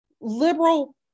liberal